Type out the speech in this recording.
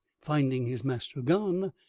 finding his master gone,